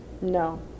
no